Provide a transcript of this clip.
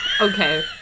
Okay